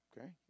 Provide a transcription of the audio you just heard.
Okay